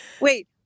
Wait